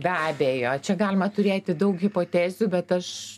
be abejo čia galima turėti daug hipotezių bet aš